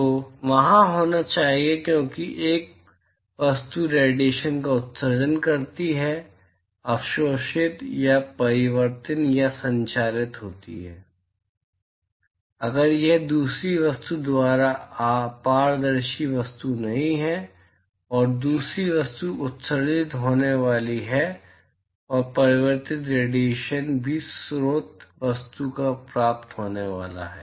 तो वहाँ होना चाहिए क्योंकि एक वस्तु रेडिएशन का उत्सर्जन करती है अवशोषित या परावर्तित या संचरित होती है अगर यह दूसरी वस्तु द्वारा अपारदर्शी वस्तु नहीं है और दूसरी वस्तु उत्सर्जित होने वाली है और परावर्तित रेडिएशन भी स्रोत वस्तु को प्राप्त होने वाला है